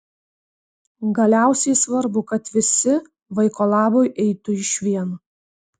galiausiai svarbu kad visi vaiko labui eitų išvien